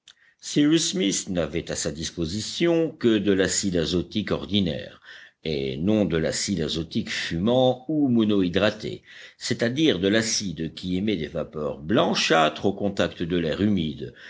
cyrus smith n'avait à sa disposition que de l'acide azotique ordinaire et non de l'acide azotique fumant ou monohydraté c'est-à-dire de l'acide qui émet des vapeurs blanchâtres au contact de l'air humide